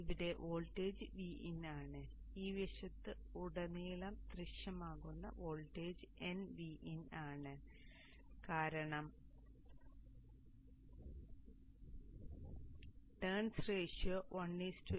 ഇവിടെ voltage Vin ആണ് ഈ വശത്ത് ഉടനീളം ദൃശ്യമാകുന്ന വോൾട്ടേജ് nVin ആണ് കാരണം ടേൺസ് റേഷ്യയോ 1 n